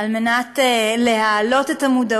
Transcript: על מנת להעלות את המודעות,